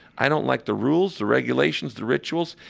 i don't like the rules, the regulations, the rituals.